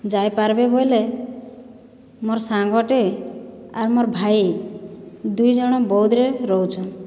ଯାଇପାର୍ବେ ବୋଇଲେ ମୋର୍ ସାଙ୍ଗଟେ ଆର୍ ମୋର୍ ଭାଇ ଦୁଇଜଣ ବଉଦରେ ରହୁଛନ୍